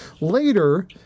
later